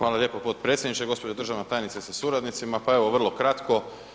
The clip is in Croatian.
Hvala lijepo potpredsjedniče, gospođo državna tajnica sa suradnicima, pa evo vrlo kratko.